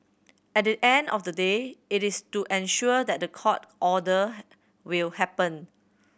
at the end of the day it is to ensure that the court order will happen